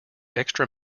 extra